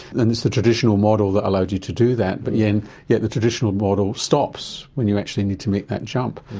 and it's the traditional model that allowed you to do that. but yeah and yet the traditional model stops when you actually need to make that jump.